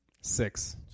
six